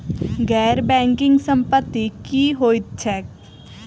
गैर बैंकिंग संपति की होइत छैक?